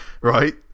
Right